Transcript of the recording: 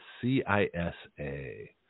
C-I-S-A